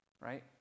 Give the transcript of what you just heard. right